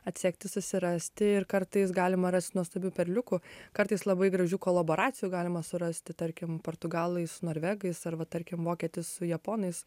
atsekti susirasti ir kartais galima rast nuostabių perliukų kartais labai gražių koloboracijų galima surasti tarkim portugalai su norvegais ar va tarkim vokietis su japonais